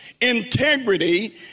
integrity